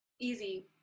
Easy